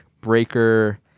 Breaker